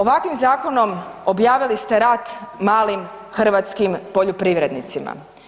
Ovakvim zakonom objavili ste rat malim hrvatskim poljoprivrednicima.